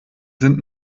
sind